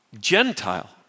Gentile